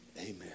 Amen